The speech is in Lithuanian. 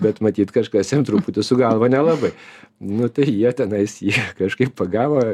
bet matyt kažkas jam truputį su galva nelabai nu tai jie tenai kažkaip pagavo